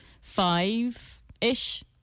five-ish